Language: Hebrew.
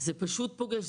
זה פשוט פוגש,